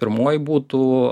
pirmoji būtų